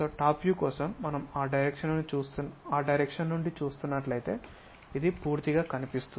top view కోసం మనం ఆ డైరెక్షన్ నుండి చూస్తున్నట్లయితే ఇది పూర్తిగా కనిపిస్తుంది